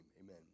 amen